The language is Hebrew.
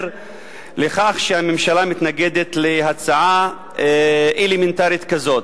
לכך שהממשלה מתנגדת להצעה אלמנטרית כזאת.